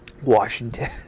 Washington